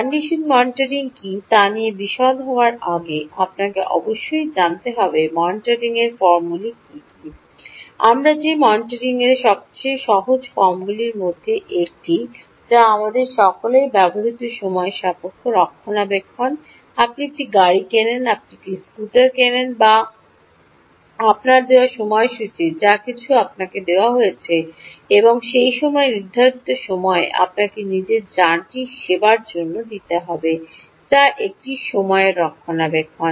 condition monitoring কী তা নিয়ে বিশদে যাওয়ার আগে আপনাকে অবশ্যই জানতে হবে মনিটরিংয়ের ফর্মগুলি কী কী আমরা যে মনিটরিংয়ের সবচেয়ে সহজ ফর্মগুলির মধ্যে একটি যা আমাদের সকলের ব্যবহৃত সময়সই রক্ষণাবেক্ষণ আপনি একটি গাড়ী কিনেন আপনি একটি স্কুটার কিনে বা আপনার দেওয়া সময়সূচী যা কিছু আপনাকে দেওয়া হয়েছে এবং সেই সময় নির্ধারিত সময়ে আপনাকে নিজের যানটি সেবার জন্য দিতে হবে যা একটি সময় রক্ষণাবেক্ষণ